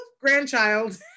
grandchild